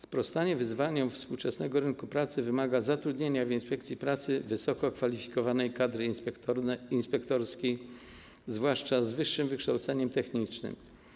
Sprostanie wyzwaniom współczesnego rynku pracy wymaga zatrudnienia w inspekcji pracy wysoko wykwalifikowanej kadry inspektorskiej, zwłaszcza z wyższym wykształceniem technicznym.